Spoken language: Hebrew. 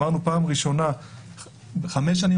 אמרנו שבפעם הראשונה אחרי חמש שנים,